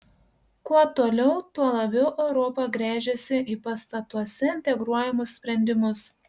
kuo toliau tuo labiau europa gręžiasi į pastatuose integruojamus sprendimus